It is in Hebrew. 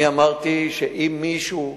אמרתי שאם מישהו מתלונן,